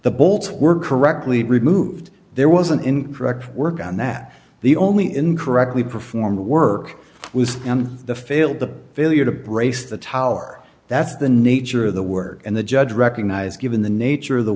the bolts were correctly removed there was an incorrect work on that the only incorrectly performed work was on the failed the failure to brace the tower that's the nature of the work and the judge recognize given the nature of the